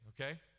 okay